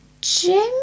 Jim